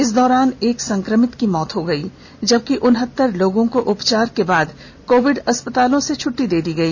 इस दौरान एक संक्रमित की मौत हो गई जबकि उनहतर लोगों को उपचार के बाद कोविड अस्पतालों से छट्टी दे दी गई